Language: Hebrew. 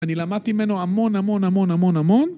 אני למדתי ממנו המון, המון, המון, המון, המון